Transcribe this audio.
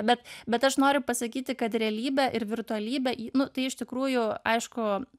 bet bet aš noriu pasakyti kad realybė ir virtualybė nu tai iš tikrųjų aišku